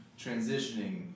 transitioning